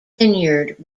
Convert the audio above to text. vineyard